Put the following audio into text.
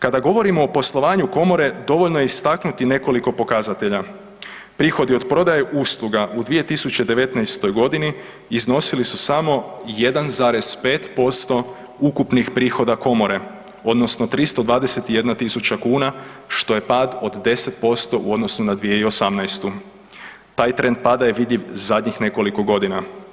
Kada govorimo o poslovanju komore dovoljno je istaknuti nekoliko pokazatelja, prihodi od prodaje usluga u 2019.g. iznosili su samo 1,5% ukupnih prihoda komore odnosno 321.000 kuna što je pad od 10% u odnosu na 2018. taj trend pada je vidljiv zadnjih nekoliko godina.